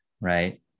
right